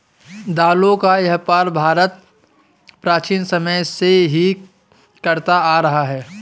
दालों का व्यापार भारत प्राचीन समय से ही करता आ रहा है